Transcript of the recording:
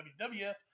WWF